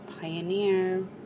Pioneer